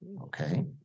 Okay